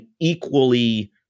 equally